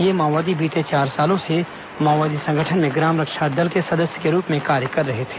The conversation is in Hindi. ये माओवादी बीते चार सालों से माओवादी संगठन में ग्राम रक्षा दल के सदस्य के रूप में कार्य कर रहे थे